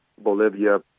Bolivia